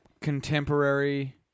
contemporary